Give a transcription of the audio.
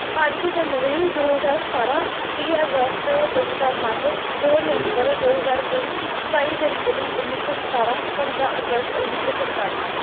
ਪੰਜ ਜਨਵਰੀ ਦੋ ਹਜ਼ਾਰ ਸਤਾਰ੍ਹਾਂ ਤੀਹ ਅਗਸਤ ਦੋ ਹਜ਼ਾਰ ਪੰਜ ਦੋ ਨਵੰਬਰ ਦੋ ਹਜ਼ਾਰ ਤਿੰਨ ਸਤਾਈ ਜਨਵਰੀ ਉੱਨੀ ਸੌ ਸਤਾਰ੍ਹਾਂ ਪੰਦਰ੍ਹਾਂ ਅਗਸਤ ਉੱਨੀ ਸੌ ਸੰਤਾਲੀ